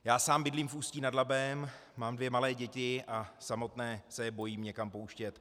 Já sám bydlím v Ústí nad Labem, mám dvě malé děti a samotné se je bojím někam pouštět.